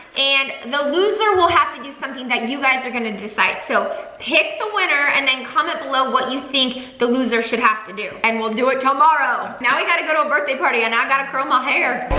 and the loser will have to do something that you guys are gonna decide. so pick the winner, and then comment below what you think the loser should have to do. and we'll do it tomorrow! now we gotta go to a birthday party, and i gotta curl my hair.